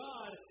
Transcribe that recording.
God